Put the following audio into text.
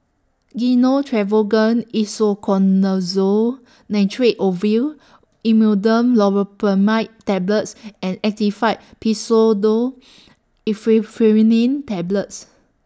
Gyno Travogen Isoconazole Nitrate Ovule Imodium Loperamide Tablets and Actifed Pseudoephedrine Tablets